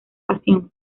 pasión